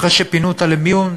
אחרי שפינו אותה למיון,